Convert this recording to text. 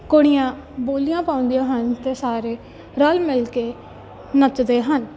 ਕੁੜੀਆਂ ਬੋਲੀਆਂ ਪਾਉਂਦੀਆਂ ਹਨ ਅਤੇ ਸਾਰੇ ਰਲ ਮਿਲ ਕੇ ਨੱਚਦੇ ਹਨ